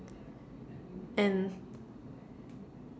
and